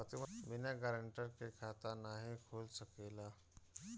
बिना गारंटर के खाता नाहीं खुल सकेला?